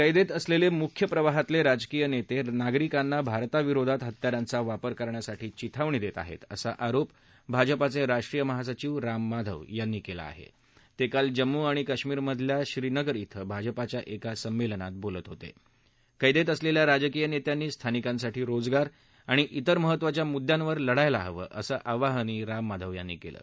कैद असलद्व मुख्य प्रवाहातल जिजकीय नसातागरिकांना भारताविरोधात हत्यारांचा वापर करण्यासाठी चिथावणी दक्त आहस्त असा आरोप भाजपाचविष्ट्रीय महासविव राम माधव यांनी कला आहविक्काल जम्मू आणि काश्मीरमधल्या श्रीनगर इथं भाजपाच्या एका संमल्लात बोलत होत केंद असलस्था राजकीय नखींनी स्थानिकांसाठी रोजगार आणि इतर महत्वाच्या मुद्दयांवर लढायला हवं असं आवाहनही राम माधव यांनी कलि